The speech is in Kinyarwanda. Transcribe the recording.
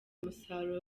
umusaruro